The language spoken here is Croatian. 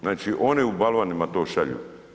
Znači oni u balvanima to šalju.